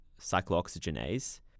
cyclooxygenase